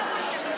לכולם.